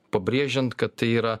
pabrėžiant kad tai yra